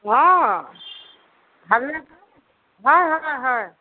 অঁ ভালনে তোৰ হয় হয় হয়